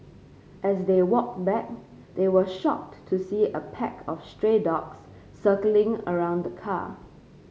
as they walked back they were shocked to see a pack of stray dogs circling around the car